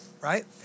Right